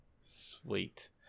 sweet